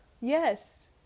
Yes